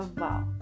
wow